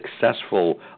successful